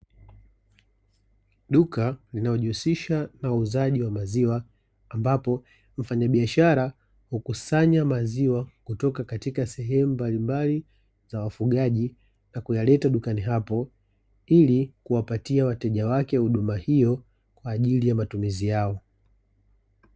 Duka linalojihusisha na wauzaji wa maziwa ambapo mfanyabiashara hukusanya maziwa, kutoka katika sehemu mbalimbali za wafugaji na kuyaleta dukani hapo ili kuwapatia wateja wake huduma hiyo kwa ajili ya matumizi yao.